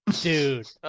Dude